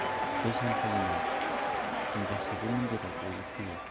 बे सानखालिनो जों गासैबो मन्दिराव जयै फैयो